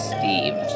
Steve